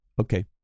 Okay